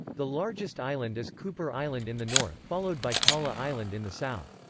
the largest island is cooper island in the north, followed by kaula island in the south.